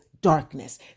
darkness